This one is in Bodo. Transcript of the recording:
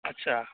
आस्सा